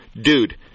dude